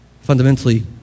Fundamentally